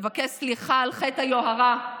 לבקש סליחה על חטא היוהרה.